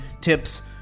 tips